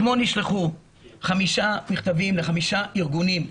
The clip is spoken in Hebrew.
אני רוצה לציין שאתמול נשלחו חמישה מכתבים לחמישה ארגונים,